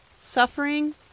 suffering